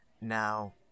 Now